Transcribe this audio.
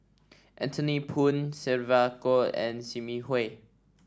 Anthony Poon Sylvia Kho and Sim Yi Hui